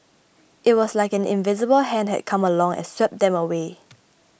it was like an invisible hand had come along and swept them away